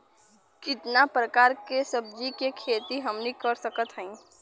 कितना प्रकार के सब्जी के खेती हमनी कर सकत हई?